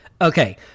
Okay